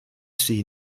sie